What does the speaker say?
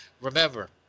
Remember